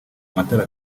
matara